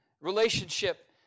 Relationship